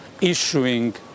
issuing